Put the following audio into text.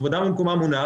כבודן במקומו מונח,